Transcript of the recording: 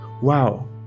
Wow